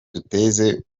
duteze